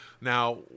Now